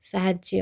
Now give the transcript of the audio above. ସାହାଯ୍ୟ